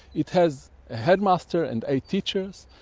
it has a headmaster and eight teachers,